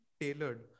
tailored